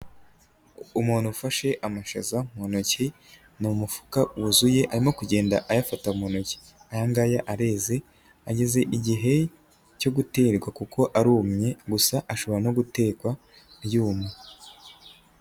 Umuntu ufashe amashaza mu ntoki, ni umufuka wuzuye arimo kugenda ayafata mu ntoki, aya areze ageze igihe cyo guterwa kuko arumye gusa ashobora no gutekwa iyumye.